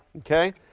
okay?